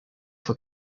van